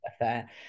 affair